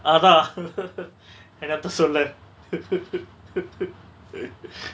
அதா:atha என்னத்த சொல்ல:ennatha solla